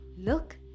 Look